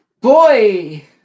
Boy